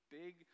big